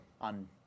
on